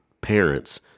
parents